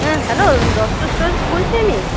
হ্যাঁ hello Dutta stores বলছি আমি